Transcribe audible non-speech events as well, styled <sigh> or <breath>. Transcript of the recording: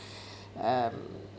<breath> um